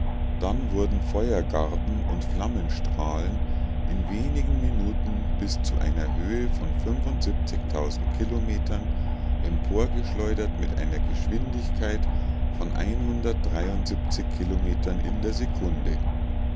dann wurden feuergarben und flammenstrahlen in wenigen minuten bis zu einer höhe von kilometern emporgeschleudert mit einer geschwindigkeit von kilometern in der sekunde